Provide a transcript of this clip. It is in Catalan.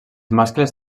mascles